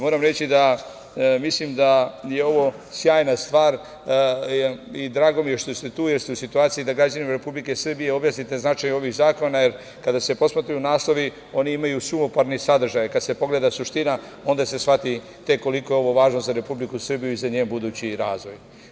Moram reći da mislim da je ovo sjajna stvar i drago mi je što ste tu, jer ste u situaciji da građanima Republike Srbije objasnite značaj ovih zakona, jer kada se posmatraju naslovi oni imaju suvoparni sadržaj, kad se pogleda suština onda se tek shvati koliko je ovo važno za Republiku Srbiju i za njen budući razvoj.